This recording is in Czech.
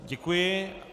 Děkuji.